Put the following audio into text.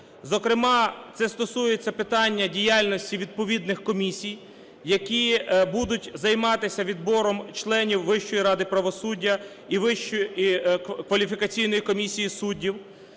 Зокрема, це стосується питання діяльності відповідних комісій, які будуть займатися відбором членів Вищої ради правосуддя і кваліфікаційної комісії суддів.